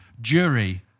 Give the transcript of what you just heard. Jury